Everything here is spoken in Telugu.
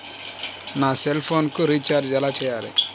నా సెల్ఫోన్కు రీచార్జ్ ఎలా చేయాలి?